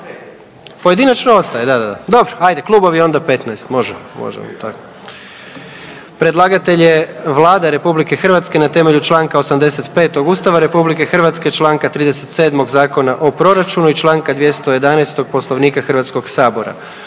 Pojedinačno ostaje, da, da. Dobro, ajde klubovi onda 15, može, možemo i tako. Predlagatelj je Vlada RH na temelju Članka 85. Ustava RH, Članka 37. Zakona o proračunu i Članka 211. Poslovnika Hrvatskog sabora.